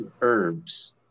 herbs